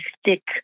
stick